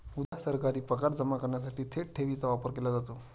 उदा.सरकारी पगार जमा करण्यासाठी थेट ठेवीचा वापर केला जातो